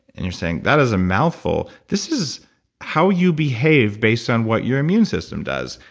and you're saying, that is a mouthful. this is how you behave based on what your immune system does.